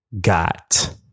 got